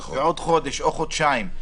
ואז עוד חודש או חודשיים,